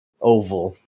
oval